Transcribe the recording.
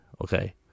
Okay